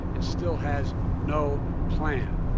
and still has no plan,